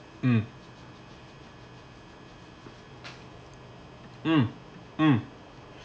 mm mm mm